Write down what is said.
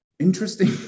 interesting